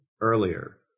earlier